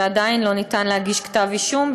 ועדיין אי-אפשר להגיש כתב אישום,